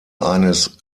eines